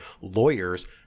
lawyers